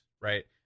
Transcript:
right